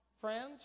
friends